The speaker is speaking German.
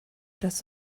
das